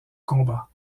combat